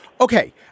Okay